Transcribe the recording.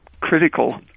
critical